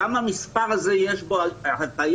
גם במספר הזה יש בו הטעיה,